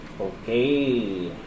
Okay